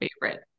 favorite